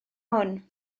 hwn